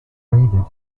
raided